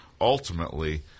ultimately